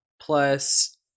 Plus